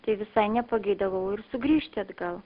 tai visai nepageidavau ir sugrįžti atgal